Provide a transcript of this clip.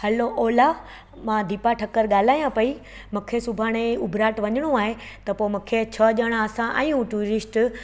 हलो ओला मां दीपा ठकर ॻाल्हायां पई मूंखे सुभाणे उभराट वञिणो आहे त पोइ मूंखे छह ॼणा असां आहियूं टूरिस्ट